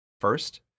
First